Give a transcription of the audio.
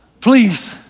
Please